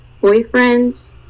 boyfriends